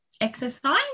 exercise